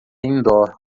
indoor